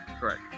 Correct